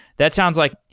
that sounds like,